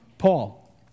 Paul